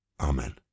Amen